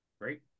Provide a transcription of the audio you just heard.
Great